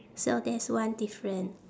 so that's one different